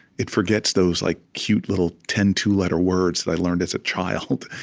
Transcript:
it forgets those like cute little, ten two-letter words that i learned as a child,